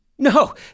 No